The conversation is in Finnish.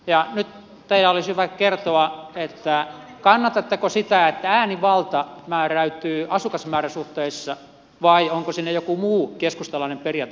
nyt teidän olisi hyvä kertoa kannatatteko sitä että äänivalta määräytyy asukasmääräsuhteissa vai onko siinä joku muu keskustalainen periaate millä sen pitäisi määräytyä